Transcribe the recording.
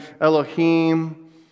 Elohim